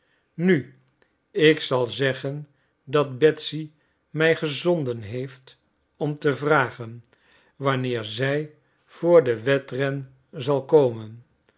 nu ik zal zeggen dat betsy mij gezonden heeft om te vragen wanneer zij voor den wedren zal komen